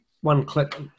one-click